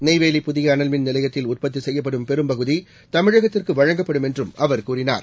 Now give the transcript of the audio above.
நெய்வேலி புதிய அளல் மின் நிலையத்தில் உற்பத்தி செய்யப்படும் பெரும்பகுதி தமிழகத்திற்கு வழங்கப்படும் என்றும் அவர் கூறினார்